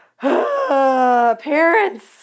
Parents